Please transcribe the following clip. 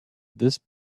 this